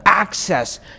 access